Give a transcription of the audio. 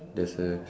there's a